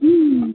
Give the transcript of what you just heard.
ம்